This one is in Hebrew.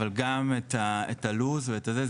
אבל גם את לוח הזמנים ואת הזה.